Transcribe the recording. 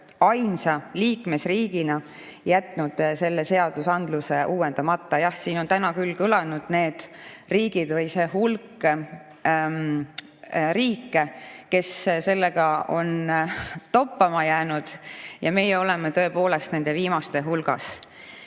ainsa liikmesriigina jätnud selle seadusandluse uuendamata. Jah, siin on täna kõlanud need riigid, kes sellega on toppama jäänud. Meie oleme tõepoolest nende viimaste hulgas